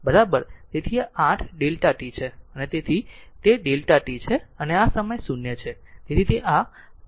તેથી આ 8 Δ t છે તેથી તે Δ t છે તેથી આ સમય 0 છે